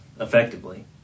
effectively